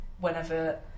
whenever